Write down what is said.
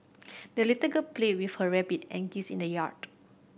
the little girl played with her rabbit and geese in the yard